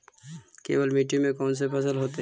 केवल मिट्टी में कौन से फसल होतै?